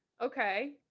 Okay